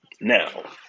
Now